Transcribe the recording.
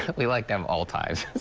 we like them all times.